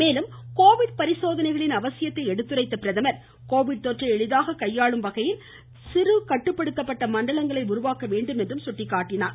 மேலும் கோவிட் பரிசோதனைகளின் அவசியத்தை எடுத்துரைத்த பிரதமர் கோவிட் தொற்றை எளிதாக கையாளும் வகையில் சிறு கட்டுப்படுத்தப்பட்ட மண்டலங்களை உருவாக்க வேண்டும் என்றும் சுட்டிக்காட்டினார்